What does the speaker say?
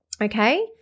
okay